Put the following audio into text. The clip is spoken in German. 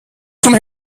zum